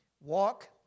Walk